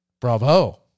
bravo